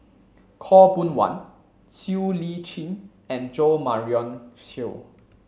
Khaw Boon Wan Siow Lee Chin and Jo Marion Seow